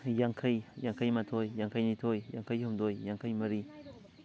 ꯌꯥꯡꯈꯩ ꯌꯥꯡꯈꯩ ꯃꯥꯊꯣꯏ ꯌꯥꯡꯈꯩ ꯅꯤꯊꯣꯏ ꯌꯥꯡꯈꯩ ꯍꯨꯝꯗꯣꯏ ꯌꯥꯡꯈꯩ ꯃꯔꯤ